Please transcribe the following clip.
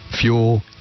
fuel